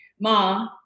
Ma